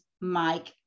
Mike